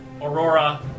Aurora